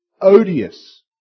odious